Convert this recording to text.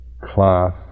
class